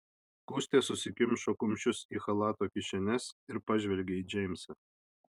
gustė susikišo kumščius į chalato kišenes ir pažvelgė į džeimsą